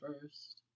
first